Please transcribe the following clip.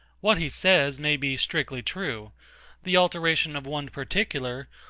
what he says may be strictly true the alteration of one particular,